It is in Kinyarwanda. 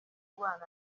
kubana